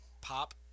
Pop